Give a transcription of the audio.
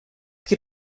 qui